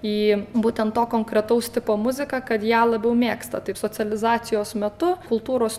į būtent to konkretaus tipo muziką kad ją labiau mėgsta taip socializacijos metu kultūros